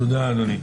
תודה, אדוני.